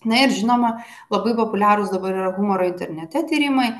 na ir žinoma labai populiarūs dabar yra humoro internete tyrimai